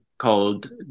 called